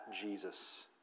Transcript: Jesus